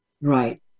right